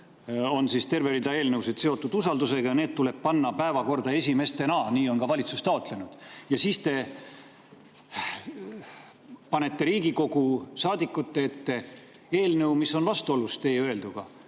on terve rida eelnõusid seotud usaldusega ja need tuleb panna päevakorda esimesena. Nii on ka valitsus taotlenud. Ja siis te panete Riigikogu saadikute ette [päevakorra], mis on vastuolus teie öelduga: